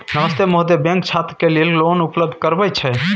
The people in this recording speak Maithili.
नमस्ते महोदय, बैंक छात्र के लेल लोन उपलब्ध करबे छै?